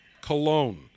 cologne